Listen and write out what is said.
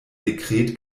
sekret